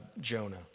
Jonah